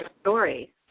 story